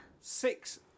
six